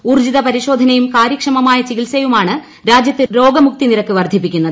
ഊർജിത പരിശോധനയും കാര്യക്ഷമിമായ ചികിത്സയുമാണ് രാജ്യത്ത് രോഗമുക്തി നിരക്ക് വർധിപ്പിക്കുന്നത്